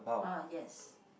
uh yes